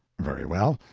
very well,